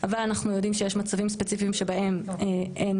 אבל אנחנו יודעים שיש מצבים ספציפיים שבהם אין,